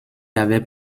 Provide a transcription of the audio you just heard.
avait